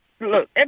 look